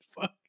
Fuck